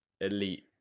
elite